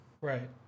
Right